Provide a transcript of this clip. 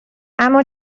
اما